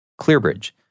ClearBridge